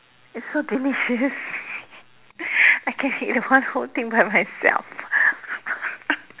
it's so delicious I can eat one whole thing by myself